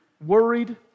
worried